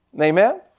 Amen